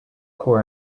coal